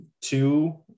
two